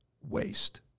waste